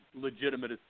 legitimate